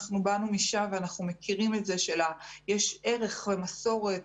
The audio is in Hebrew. אנחנו באנו משם ואנחנו מכירים את זה שיש ערך למסורת,